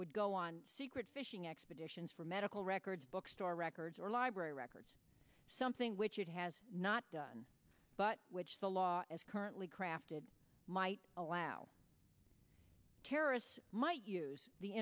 would go on secret fishing expeditions for medical records bookstore records or library records something which it has not done but which the law as currently crafted might allow terrorists might use the